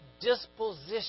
disposition